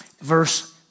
verse